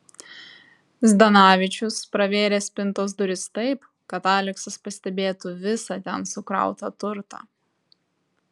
zdanavičius pravėrė spintos duris taip kad aleksas pastebėtų visą ten sukrautą turtą